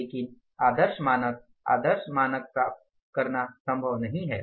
लेकिन आदर्श मानक आदर्श मानक प्राप्त को हर समय प्राप्त करना संभव नही है